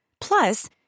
Plus